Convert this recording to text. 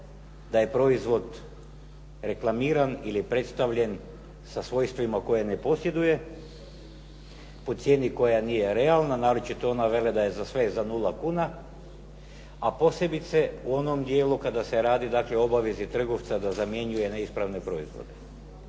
da je proizvod reklamiran ili predstavljen sa svojstvima koje ne posjeduje po cijeni koja nije realna. Naročito ona vele da je sve za nula kuna, a posebice u onom dijelu kada se radi, dakle obavezi trgovca da zamjenjuje neispravne proizvode.